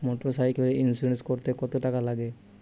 মোটরসাইকেলের ইন্সুরেন্স করতে কত টাকা লাগে?